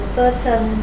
certain